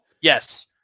Yes